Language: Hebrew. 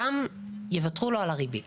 גם יוותרו לו על הריבית